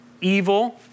evil